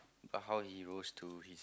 about how he rose to his